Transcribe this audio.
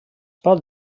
pot